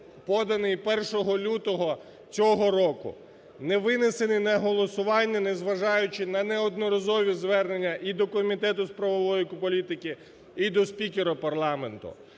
поданий 1 лютого цього року, не винесений на голосування, незважаючи на неодноразові звернення і до Комітету з правової політики, і до спікера парламенту.